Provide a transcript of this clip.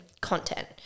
content